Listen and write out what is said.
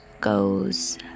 goes